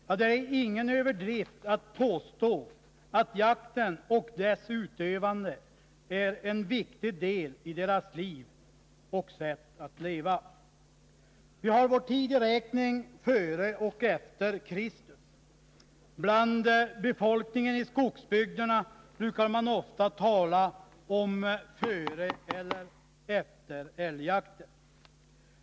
Ja, det är ingen överdrift att påstå att jakten och dess utövande är en viktig del i människornas liv och sätt att leva. Vi har vår tideräkning före och efter Kristus — bland befolkningen i skogsbygderna brukar man ofta tala om före eller efter älgjakten.